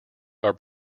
are